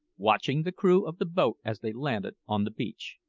watching the crew of the boat as they landed on the beach.